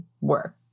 work